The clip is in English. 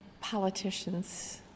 politicians